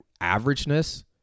averageness